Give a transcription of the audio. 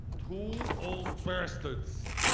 two old bastards,